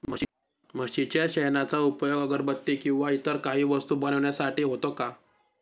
म्हशीच्या शेणाचा उपयोग अगरबत्ती किंवा इतर काही वस्तू बनविण्यासाठी होतो का?